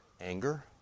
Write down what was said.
anger